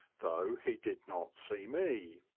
though he did not see me.